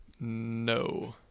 No